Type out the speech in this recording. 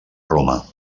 roma